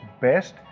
best